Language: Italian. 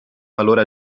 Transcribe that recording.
valore